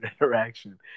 interaction